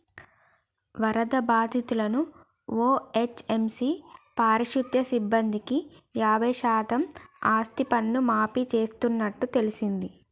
వరద బాధితులను ఓ.హెచ్.ఎం.సి పారిశుద్య సిబ్బందికి యాబై శాతం ఆస్తిపన్ను మాఫీ చేస్తున్నట్టు తెల్సింది